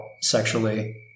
sexually